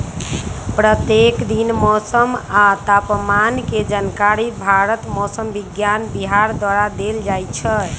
प्रत्येक दिन मौसम आ तापमान के जानकारी भारत मौसम विज्ञान विभाग द्वारा देल जाइ छइ